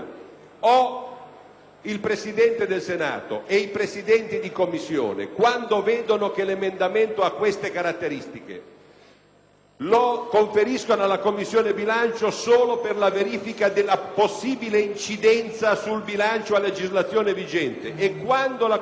il Presidente del Senato e i Presidenti di Commissione, quando stabiliscono che l'emendamento ha queste caratteristiche, lo conferiscono alla Commissione bilancio solo per la verifica della possibile incidenza sul bilancio a legislazione vigente e, quando la Commissione bilancio